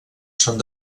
són